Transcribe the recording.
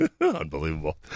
Unbelievable